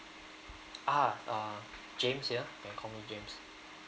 uh uh james ya you can call me james